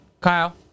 Kyle